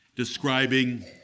describing